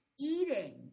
eating